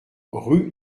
rue